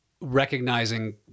recognizing